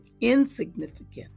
insignificant